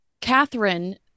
Catherine